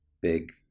big